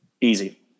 Easy